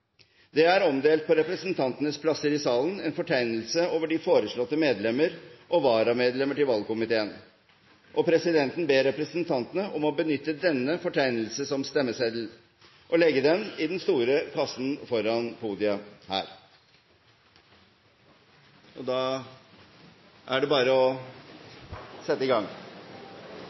representantenes plasser i salen en fortegnelse over de foreslåtte medlemmer og varamedlemmer til valgkomiteen, og presidenten ber representantene om å benytte denne fortegnelse som stemmeseddel og legge den i den store kassen foran podiet her. Stortinget gikk så til votering. Stemmesedlene vil etter vanlig praksis bli opptalt etter møtet, og resultatet av valget blir referert i